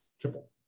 Triple